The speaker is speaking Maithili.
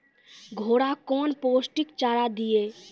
घोड़ा कौन पोस्टिक चारा दिए?